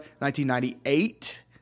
1998